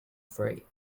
free